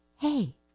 hey